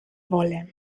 wolle